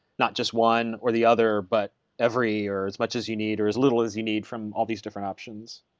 not just one or the other but every or as much as you need or as little as you need from all these different options?